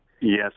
Yes